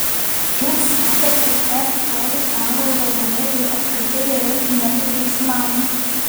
jie sako kad f žodis anglų kalboje jau apskritai beveik nebe keiksmažodis